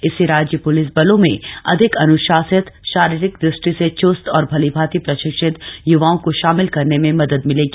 इससे राज्य पुलिस बलों में अधिक अन्शासित शारीरिकदृष्टि से चुस्त और भलीभांति प्रशिक्षित युवाओं को शामिल करने में मदद मिलेगी